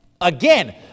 Again